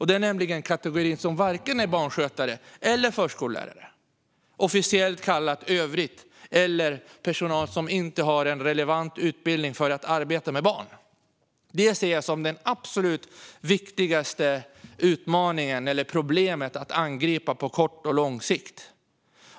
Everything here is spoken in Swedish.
Det är den kategori som varken är barnskötare eller förskollärare, officiellt kallad övrigt eller personal som inte har en relevant utbildning för att arbeta med barn. Det ser jag som den absolut viktigaste utmaningen, eller problemet, att angripa på kort och lång sikt.